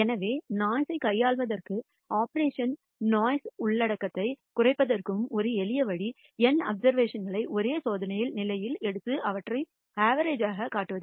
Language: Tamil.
எனவே நோய்ஸ் கையாள்வதற்கும் அப்சர்வேஷன்களில் நோய்ஸ் உள்ளடக்கத்தைக் குறைப்பதற்கும் ஒரு எளிய வழி n அப்சர்வேஷன்களை ஒரே சோதனை நிலையில் எடுத்து அவற்றை அவரேஜ் யாகக் காட்டுவது